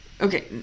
Okay